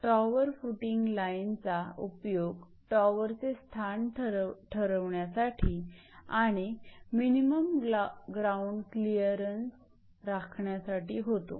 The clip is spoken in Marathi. टॉवरफुटिंग लाईनचा उपयोग टॉवरचे स्थान ठरवण्यासाठी आणि मिनिमम ग्राउंड क्लिअरन्स राखण्यासाठी होतो